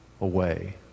away